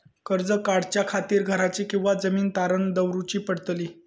कर्ज काढच्या खातीर घराची किंवा जमीन तारण दवरूची पडतली?